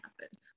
happen